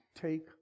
take